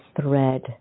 thread